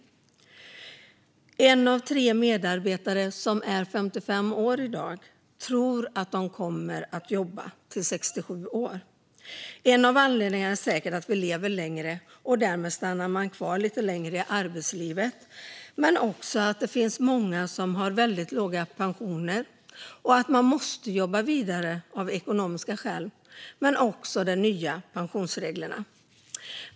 En av tre medarbetare som i dag är 55 tror att de kommer att jobba tills de är 67 år. En av anledningarna är säkert att vi lever längre och därmed stannar kvar lite längre i arbetslivet och att många har väldigt låga pensioner och måste jobba vidare av ekonomiska skäl. Men det är också de nya pensionsreglerna.